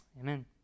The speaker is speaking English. Amen